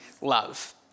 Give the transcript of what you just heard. love